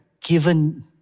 given